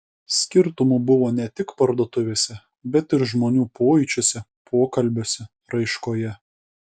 skirtumų buvo ne tik parduotuvėse bet ir žmonių pojūčiuose pokalbiuose raiškoje